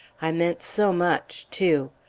i meant so much, too!